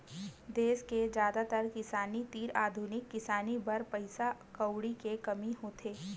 देस के जादातर किसान तीर आधुनिक किसानी बर पइसा कउड़ी के कमी होथे